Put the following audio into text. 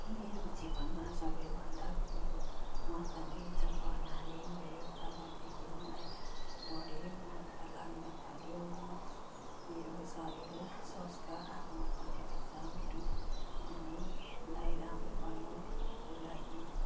मेरो जीवनमा सबैभन्दा ठुलो महत्त्व नै जब नानी भयो तबदेखि मलाई बढी महत्त्व लाग्न थाल्यो म मेरो शरीर स्वस्थ्य राख्नुपर्ने रहेछ मेरो नानीलाई राम्रो गर्नुको लागि